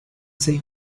seis